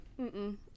Mm-mm